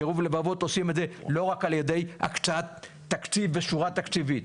קירוב לבבות עושים לא רק על ידי הקצאת תקציב ושורה תקציבית.